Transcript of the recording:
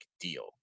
deal